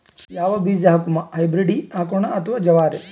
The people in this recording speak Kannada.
ಯಾವ ಬೀಜ ಹಾಕುಮ, ಹೈಬ್ರಿಡ್ ಹಾಕೋಣ ಅಥವಾ ಜವಾರಿ?